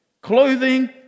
clothing